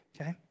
Okay